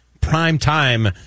prime-time